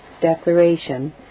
declaration